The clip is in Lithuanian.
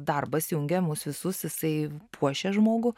darbas jungia mus visus jisai puošia žmogų